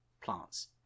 Plants